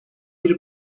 biri